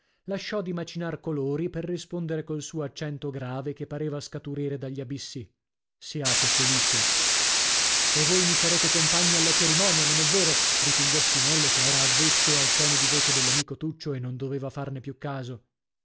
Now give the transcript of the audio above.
lasciò di macinar colori per rispondere col suo accento grave che pareva scaturire dagli abissi siate felice e voi mi sarete compagni alla cerimonia non è vero ripigliò spinello che era avvezzo al tono di voce dell'amico tuccio e non doveva farne più caso